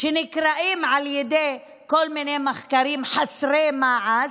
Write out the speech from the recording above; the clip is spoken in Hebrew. שנקראים בכל מיני מחקרים "חסרי מעש"?